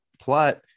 plot